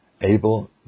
able